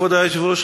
כבוד היושב-ראש,